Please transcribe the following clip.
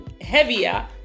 heavier